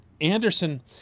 Anderson